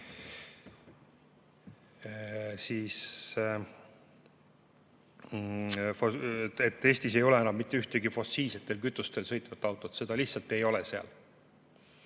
et Eestis ei ole enam mitte ühtegi fossiilsetel kütustel sõitvat autot, seda lihtsalt ei ole seal.